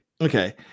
Okay